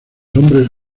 hombres